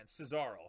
Cesaro